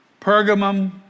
Pergamum